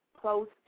close